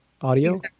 audio